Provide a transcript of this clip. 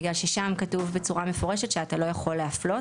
בגלל ששם כתוב בצורה מפורשת שאתה לא יכול להפלות.